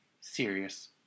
serious